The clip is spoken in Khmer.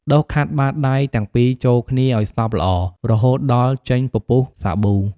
ដុសខាត់បាតដៃទាំងពីរចូលគ្នាឱ្យសព្វល្អ រហូតដល់ចេញពពុះសាប៊ូ។